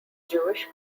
jewish